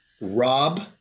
Rob